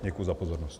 Děkuji za pozornost.